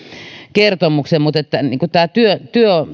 kertomuksenne mutta tämä työn